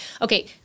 Okay